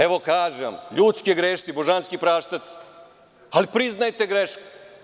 Evo, kažem vam, ljudski je grešiti, božanski praštati, ali priznajte grešku.